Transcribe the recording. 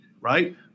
right